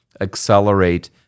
accelerate